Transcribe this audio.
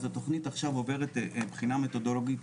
התכנית עכשיו עוברת בחינה מתודולוגית